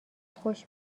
خوش